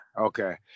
Okay